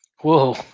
Whoa